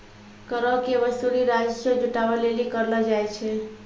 करो के वसूली राजस्व जुटाबै लेली करलो जाय छै